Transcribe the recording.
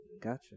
gotcha